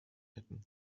hätten